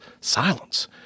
Silence